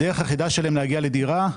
הדרך היחידה שלהם להגיע לדירה,